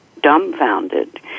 dumbfounded